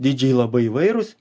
dydžiai labai įvairūs